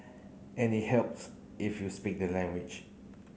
and it helps if you speak the language